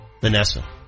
Vanessa